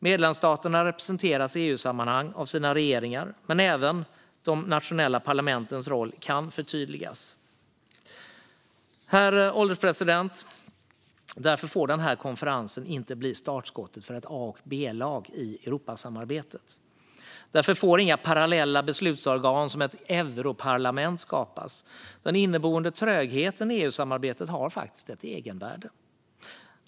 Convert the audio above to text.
Medlemsstaterna representeras i EU-sammanhang av sina regeringar, men även de nationella parlamentens roll kan förtydligas. Herr ålderspresident! Därför får denna konferens inte bli startskottet för ett A och ett B-lag i Europasamarbetet. Inga parallella beslutsorgan, som ett europarlament, får skapas. Den inneboende trögheten i EU-samarbetet har faktiskt ett egenvärde.